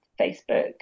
Facebook